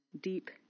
deep